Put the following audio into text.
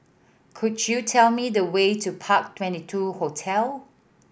could you tell me the way to Park Twenty two Hotel